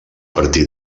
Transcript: partir